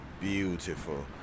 beautiful